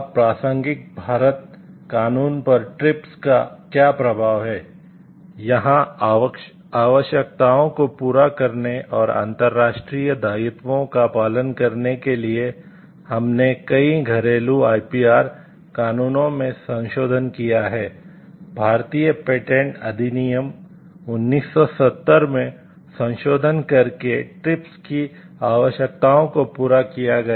अब प्रासंगिक भारतीय कानून पर ट्रिप्स की आवश्यकताओं को पूरा किया गया